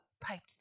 piped